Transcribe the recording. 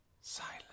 Silence